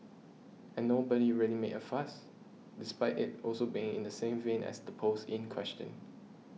and nobody really made a fuss despite it also being in the same vein as the post in question